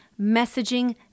messaging